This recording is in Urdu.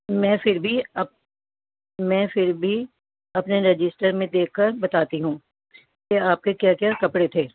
میں پھر بھی اپ میں پھر بھی اپنے رجسٹر میں دیکھ کر بتاتی ہوں کہ آپ کے کیا کیا کپڑے تھے